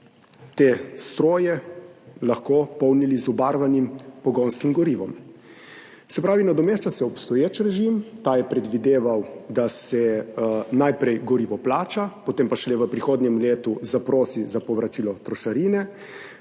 te stroje polnili z obarvanim pogonskim gorivom. Se pravi, nadomešča se obstoječi režim. Ta je predvideval, da se najprej gorivo plača, potem pa šele v prihodnjem letu zaprosi za povračilo trošarine.